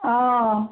অঁ